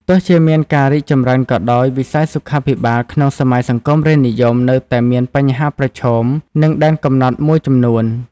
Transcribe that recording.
ទោះជាមានការរីកចម្រើនក៏ដោយ វិស័យសុខាភិបាលក្នុងសម័យសង្គមរាស្រ្តនិយមនៅតែមានបញ្ហាប្រឈម និងដែនកំណត់មួយចំនួន។